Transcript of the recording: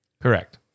Correct